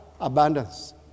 abundance